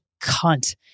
cunt